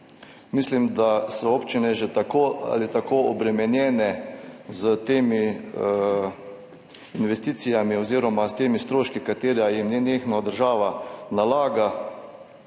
Mislim, da so občine že tako ali tako obremenjene s temi investicijami oziroma s temi stroški, ki jim jih država nenehno